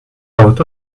out